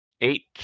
Eight